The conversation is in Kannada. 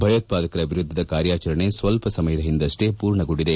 ಭಯೋತ್ಪಾದಕರ ವಿರುದ್ದದ ಕಾರ್ಯಾಚರಣೆ ಸ್ವಲ್ಪ ಸಮಯದ ಹಿಂದಷ್ಟೇ ಪೂರ್ಣಗೊಂಡಿದೆ